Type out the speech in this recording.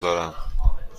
دارم